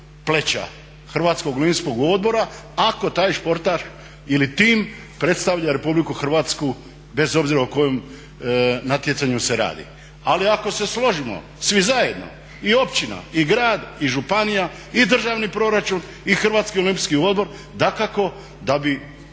pleća Hrvatskog olimpijskog odbora ako taj sportaš ili tim predstavlja Republiku Hrvatsku bez obzira o kojem natjecanju se radi. Ali ako se složimo svi zajedno i općina i grad i županija i državni proračun i Hrvatski olimpijski odbor dakako da bi